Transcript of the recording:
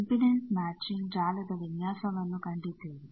impedance matching ಜಾಲದ ವಿನ್ಯಾಸವನ್ನು ಕಂಡಿದ್ದೇವೆ